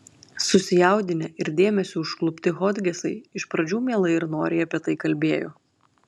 susijaudinę ir dėmesio užklupti hodgesai iš pradžių mielai ir noriai apie tai kalbėjo